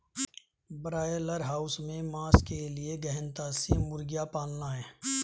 broiler house में मांस के लिए गहनता से मुर्गियां पालना है